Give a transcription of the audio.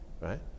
right